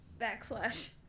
backslash